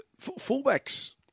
Fullbacks